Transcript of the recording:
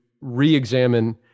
re-examine